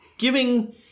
giving